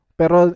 pero